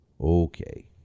okay